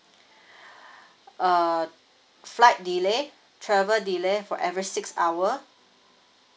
uh flight delay travel delay for every six hour